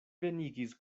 venigis